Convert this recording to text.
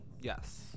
Yes